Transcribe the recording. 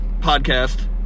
podcast